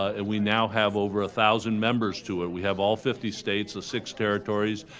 and we now have over a thousand members to it. we have all fifty states, six territories,